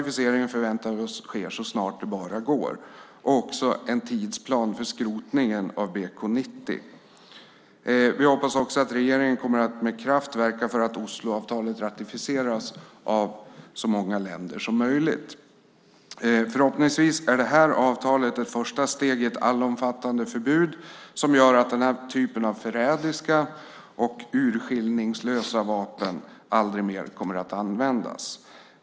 Vi förväntar oss att ratificeringen sker och en tidsplan för skrotningen av BK 90 upprättas så snart det bara går. Vi hoppas också att regeringen kommer att verka med kraft för att Osloavtalet ratificeras av så många länder som möjligt. Förhoppningsvis är det här avtalet ett första steg i ett allomfattande förbud som gör att den här typen av förrädiska och urskillningslösa vapen aldrig mer kommer att användas.